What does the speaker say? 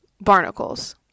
barnacles